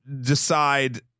decide